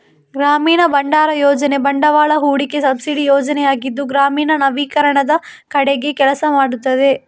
ಗ್ರಾಮೀಣ ಭಂಡಾರ ಯೋಜನೆ ಬಂಡವಾಳ ಹೂಡಿಕೆ ಸಬ್ಸಿಡಿ ಯೋಜನೆಯಾಗಿದ್ದು ಗ್ರಾಮೀಣ ನವೀಕರಣದ ಕಡೆಗೆ ಕೆಲಸ ಮಾಡುತ್ತದೆ